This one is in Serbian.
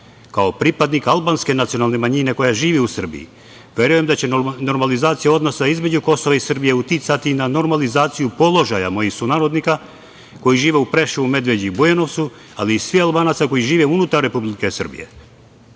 pripadnik albanske nacionalne manjine koja živi u Srbiji, verujem da će normalizacija odnosa između Kosova i Srbije uticati na normalizaciju položaja mojih sunarodnika koji žive u Preševu, Medveđi i Bujanovcu, ali i svih Albanaca koji žive unutar Republike Srbije.